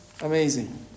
Amazing